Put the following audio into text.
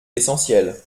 l’essentiel